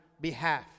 behalf